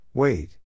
Wait